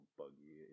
buggy